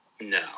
No